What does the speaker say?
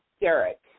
Derek